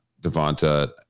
Devonta